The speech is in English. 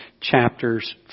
chapters